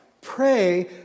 Pray